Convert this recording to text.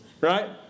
right